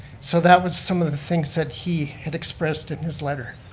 so that was some of the things that he had expressed in his letter.